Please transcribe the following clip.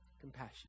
Compassion